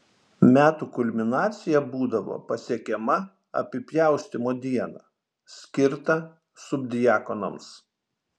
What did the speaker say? metų kulminacija būdavo pasiekiama apipjaustymo dieną skirtą subdiakonams